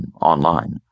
online